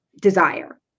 desire